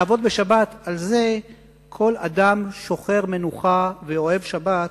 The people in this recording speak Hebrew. לעבוד בשבת, על זה כל אדם שוחר מנוחה ואוהב שבת